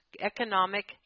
economic